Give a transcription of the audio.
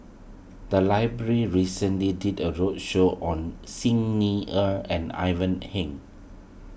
the library recently did a roadshow on Xi Ni Er and Ivan Heng